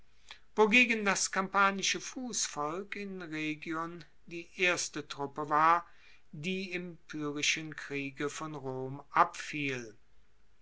wogegen das kampanische fussvolk in rhegion die erste truppe war die im pyrrhischen kriege von rom abfiel